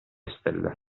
stelle